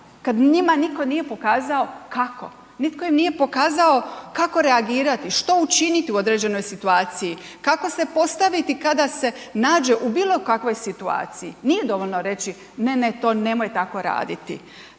kad njima nitko nije pokazao kako, nitko im nije pokazao kako reagirati, što učiniti u određenoj situaciji, kako se postaviti kada se nađe u bilo kakvoj situaciji, nije dovoljno reći ne, ne, to nemoj tako raditi.